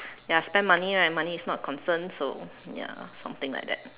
ya spend money right and money is not a concern so ya something like that